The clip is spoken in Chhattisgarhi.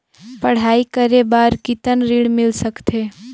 पढ़ाई करे बार कितन ऋण मिल सकथे?